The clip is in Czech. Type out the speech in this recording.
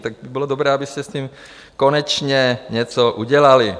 Tak by bylo dobré, abyste s tím konečně něco udělali.